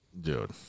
Dude